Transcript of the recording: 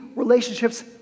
relationships